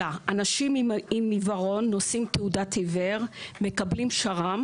אנשים עם עיוורון נושאים תעודת עיוור ומקבלים שר"מ.